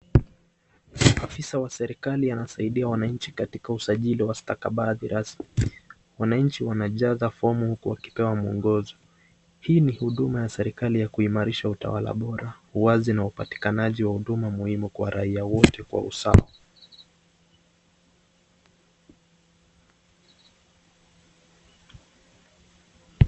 Afisa wa serikali anasaidia wananchi katika usaji wa stakabathi rasmi ,wananchi wanajaza fomu huku wakipewa mwongozo. Hii ni huduma ya serikali ya kuimarisha utawala bora, uwazi na upatikanaji wa huduma muhimu kwa raia wote kwa usawa.